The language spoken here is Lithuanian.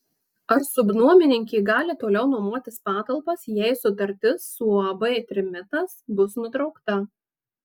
ar subnuomininkė gali toliau nuomotis patalpas jei sutartis su uab trimitas bus nutraukta